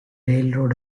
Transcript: railroad